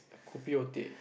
kopi or teh